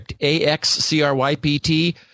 A-X-C-R-Y-P-T